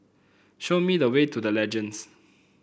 show me the way to The Legends